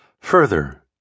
Further